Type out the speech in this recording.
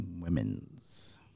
women's